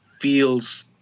feels